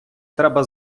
треба